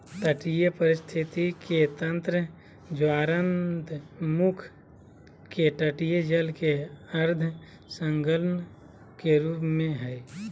तटीय पारिस्थिति के तंत्र ज्वारनदमुख के तटीय जल के अर्ध संलग्न के रूप में हइ